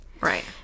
Right